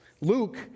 Luke